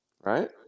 Right